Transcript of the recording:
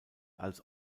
als